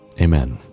Amen